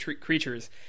creatures